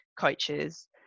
coaches